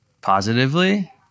Positively